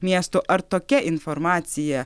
miestų ar tokia informacija